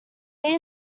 need